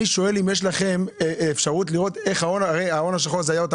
אתם הרי ידעתם איפה העבריינים